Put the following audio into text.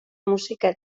musika